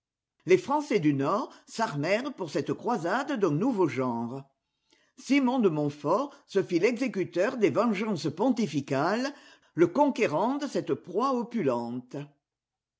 les français du nord s'armèrent pour cette croisade d'un nouveau genre simon de montfort se fit l'exécuteur des vengeances pontificales le conquérant de cette proie opulente